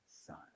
Son